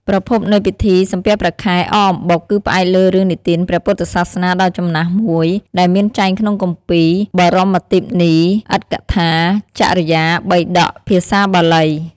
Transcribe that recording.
ប្រភពនៃពិធី សំពះព្រះខែ អកអំបុក គឺផ្អែកលើរឿងនិទានព្រះពុទ្ធសាសនាដ៏ចំណាស់មួយ ដែលមានចែងក្នុងគម្ពីរ បរមត្ថទីបនី អដ្ឋកថា ចរិយាបិដក ភាសាបាលី។